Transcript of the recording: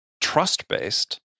trust-based